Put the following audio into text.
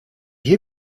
hier